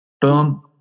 Boom